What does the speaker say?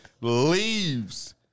leaves